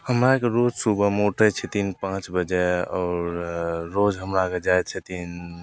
हमरा आओरके रोज सुबहमे उठै छथिन पाँच बजे आओर रोज हमरा आओरके जाइ छथिन